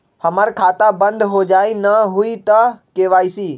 हमर खाता बंद होजाई न हुई त के.वाई.सी?